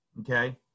Okay